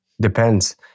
Depends